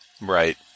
Right